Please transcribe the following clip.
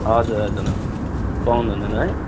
हजुर हजुर अँ पाउनुहुँदैन है